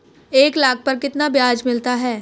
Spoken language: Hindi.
एक लाख पर कितना ब्याज मिलता है?